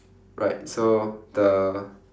right so the